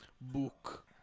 Book